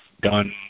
done